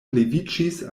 leviĝis